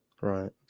Right